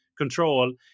Control